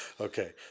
Okay